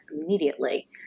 immediately